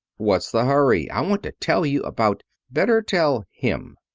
what's the hurry? i want to tell you about better tell him.